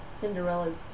Cinderella's